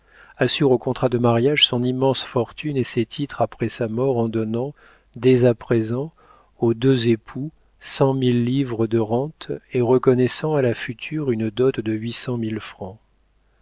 assure au contrat de mariage son immense fortune et ses titres après sa mort en donnant dès à présent aux deux époux cent mille livres de rente et reconnaissant à la future une dot de huit cent mille francs